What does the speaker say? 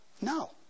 No